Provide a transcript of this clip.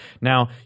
Now